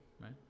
right